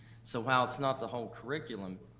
so while it's not the whole curriculum,